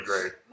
great